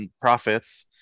profits